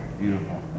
Beautiful